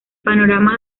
panorama